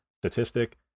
statistic